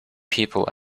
people